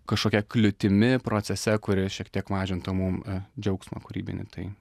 kažkokia kliūtimi procese kuri šiek tiek mažintų mum džiaugsmą kūrybinį tai